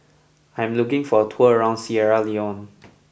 I am looking for a tour around Sierra Leone